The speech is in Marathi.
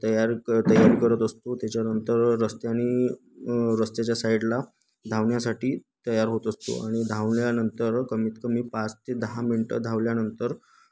तयारी क तयारी करत असतो त्याच्यानंतर रस्त्याने रस्त्याच्या साईडला धावण्यासाठी तयार होत असतो आणि धावण्यानंतर कमीत कमी पाच ते दहा मिनटं धावल्यानंतर